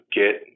get